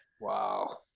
Wow